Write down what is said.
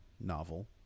novel